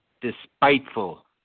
despiteful